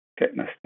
fitness